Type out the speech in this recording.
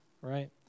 right